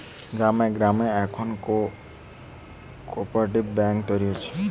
গ্রামে গ্রামে এখন কোপরেটিভ বেঙ্ক তৈরী হচ্ছে